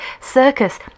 circus